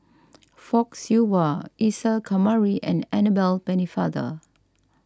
Fock Siew Wah Isa Kamari and Annabel Pennefather